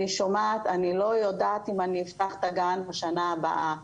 אני שומעת: אני לא יודעת אם אני אפתח את הגן בשנה הבאה.